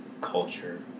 culture